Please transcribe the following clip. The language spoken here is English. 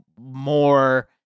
more